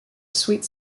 sweet